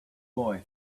boy